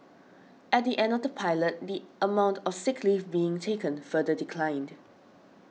at the end of the pilot the amount of sick leave being taken further declined